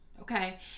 okay